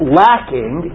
lacking